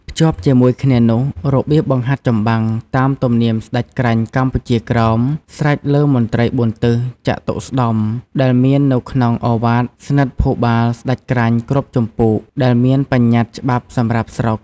ភ្ជាប់ជាមួយគ្នានោះ របៀបបង្ហាត់ចម្បាំង «តាមទំនៀមស្តេចក្រាញ់កម្ពុជាក្រោម» ស្រេចលើមន្ត្រី៤ទិស «ចតុស្តម្ភ» ដែលមាន នៅក្នុងឱវាទស្និទ្ធិភូបាលស្តេចក្រាញ់គ្រប់ជំពូកដែលមានបញ្ញត្តិច្បាប់សម្រាប់ស្រុក ។